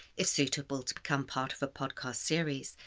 if suitable to become part of a podcast series,